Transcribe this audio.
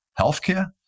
healthcare